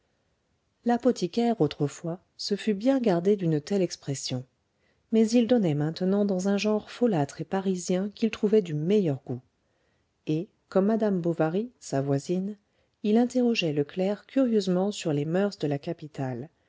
l'apothicaire autrefois se fût bien gardé d'une telle expression mais il donnait maintenant dans un genre folâtre et parisien qu'il trouvait du meilleur goût et comme madame bovary sa voisine il interrogeait le clerc curieusement sur les moeurs de la capitale